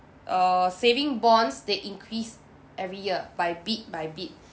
err saving bonds they increase every year by bit by bit